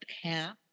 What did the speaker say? half